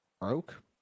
broke